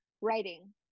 writing